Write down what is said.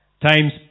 times